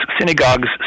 synagogues